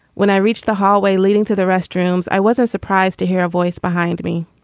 when i reached the hallway leading to the restrooms i wasn't surprised to hear a voice behind me